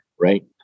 right